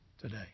today